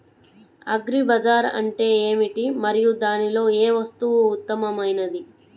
Agri bazaar అంటే ఏమిటి మరియు దానిలో ఏ వస్తువు ఉత్తమమైనది?